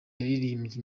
yaririmbye